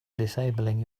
disabling